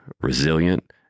resilient